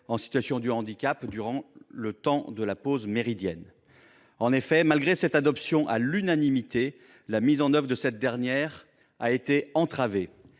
en situation de handicap durant le temps de pause méridienne. En effet, malgré son adoption à l’unanimité, la mise en œuvre de la loi a été entravée,